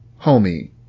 homie